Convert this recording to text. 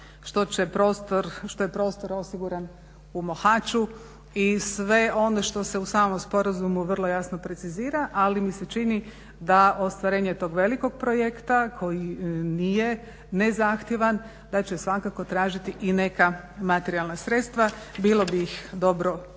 što je prostor osiguran u Mohaču i sve ono što se u samom sporazumu vrlo jasno precizira ali mi se čini da ostvarenje tog velikog projekta koji nije nezahtjevan da će svakako tražiti i neka materijalna sredstva. Bilo bi ih dobro predvidjeti